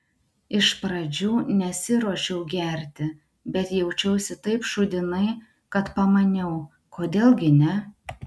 iš pradžių nesiruošiau gerti bet jaučiausi taip šūdinai kad pamaniau kodėl gi ne